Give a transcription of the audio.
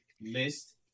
list